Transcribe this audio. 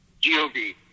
G-O-V